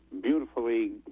beautifully